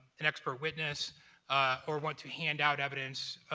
an expert witness or want to hand out evidence,